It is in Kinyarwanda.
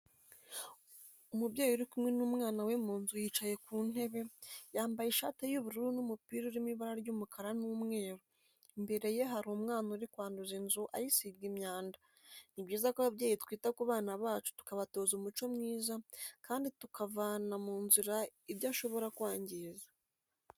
Umubyeyi uri kumwe n'umwana we mu nzu yicaye ku ntebe, yambaye ishati y'ubururu n'umupira urimo ibara ry'umukara n'umweru, imbere ye hari umwana uri kwanduza inzu ayisiga imyanda, ni byiza ko ababyeyi twita ku bana bacu tukabatoza umuco mwiza kandi tukavana mu nzira ibyo ashobora kwangiza.